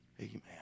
Amen